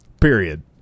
period